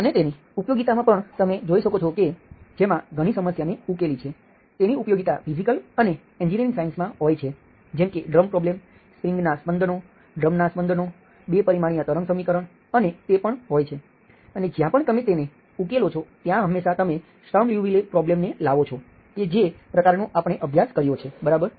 અને તેની ઉપયોગિતામાં પણ તમે જોઈ શકો છો કે જેમાં ઘણી સમસ્યાને ઉકેલી છે તેની ઉપયોગીતા ફિઝિકલ અને એન્જિનિયરિંગ સાયન્સ માં હોય છે જેમ કે ડ્રમ પ્રોબ્લેમ સ્ટ્રિંગના સ્પંદનો ડ્રમના સ્પંદનો ૨ પરિમાણીય તરંગ સમીકરણ અને તે પણ હોય છે અને જ્યાં પણ તમે તેને ઉકેલો છો ત્યાં હંમેશા તમે સ્ટર્મ લીઉવિલે પ્રોબ્લેમ ને લાવો છો કે જે પ્રકારનો આપણે અભ્યાસ કર્યો છે બરાબર